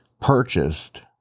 purchased